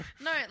No